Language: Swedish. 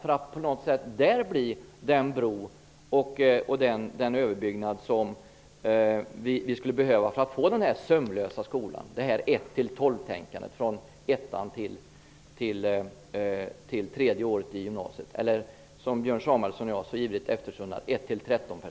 På så vis kunde de kanske där bli den bro och den överbyggnad som vi skulle behöva för att få en ''sömlös'' skola och genomföra ett 1--12-tänkande, som omfattar alla årskurser från ettan i grundskolan till tredje året i gymnasiet, eller det som Björn Samuelson och jag så ivrigt eftertraktar,